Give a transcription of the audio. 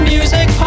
Music